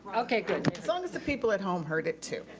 okay good. as long as the people at home heard it too.